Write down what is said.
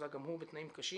מוחזק גם הוא בתנאים קשים,